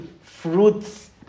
fruits